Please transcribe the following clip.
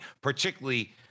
particularly